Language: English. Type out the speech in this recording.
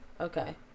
Okay